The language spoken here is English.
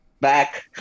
back